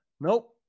Nope